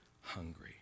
hungry